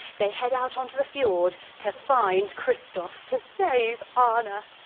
they head out on to the fjord to find christophe to save um anna.